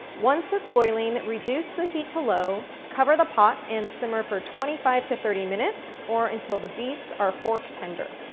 once it's boiling, reduce the heat to low, cover the pot and simmer for twenty five to thirty minutes or until the beets are fork tender.